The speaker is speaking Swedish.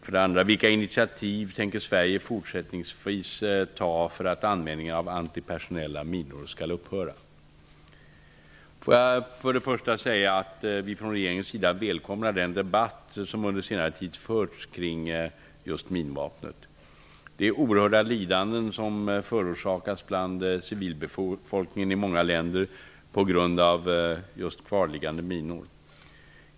Får jag för det första säga att vi från regeringens sida välkomnar den debatt som under senare tid förts kring minvapnet. Det är oerhörda lidanden som förorsakas bland civilbefolkningen i många länder på grund av kvarliggande minor.